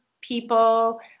people